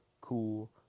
cool